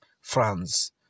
France